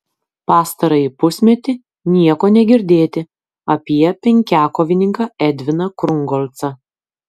pastarąjį pusmetį nieko negirdėti apie penkiakovininką edviną krungolcą